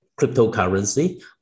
cryptocurrency